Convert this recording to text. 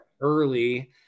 early